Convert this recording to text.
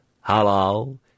Hello